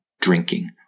drinking